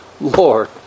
Lord